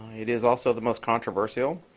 it is also the most controversial.